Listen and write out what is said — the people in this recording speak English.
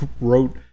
wrote